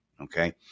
Okay